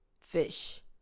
fish